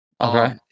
Okay